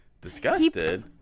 Disgusted